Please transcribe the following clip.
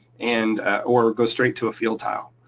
and or goes straight to a field tile.